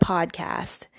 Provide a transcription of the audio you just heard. Podcast